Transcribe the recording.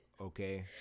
Okay